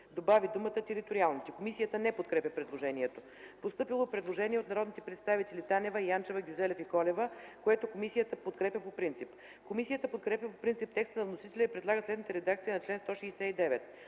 по прилагането му.” Комисията не подкрепя предложението. Постъпило е предложение от народните представители Танева, Янчева, Гюзелев и Колева, което комисията подкрепя. Комисията подкрепя по принцип текста на вносителя и предлага следната редакция на чл. 162: